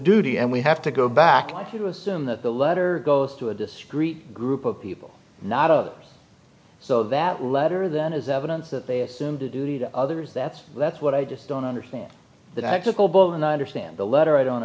duty and we have to go back like you assume that the letter goes to a discreet group of people not others so that letter then is evidence that they assumed a duty to others that's that's what i just don't understand that actual book and i understand the letter i don't